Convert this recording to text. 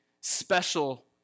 special